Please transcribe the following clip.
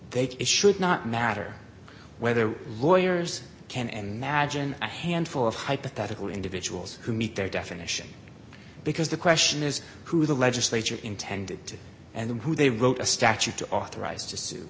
they should not matter whether lawyers can and magine a handful of hypothetical individuals who meet their definition because the question is who the legislature intended and who they wrote a statute to authorize